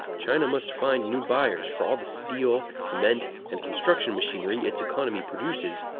china must find new buyers for all the steel, cement, and construction machinery its economy produces,